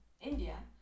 India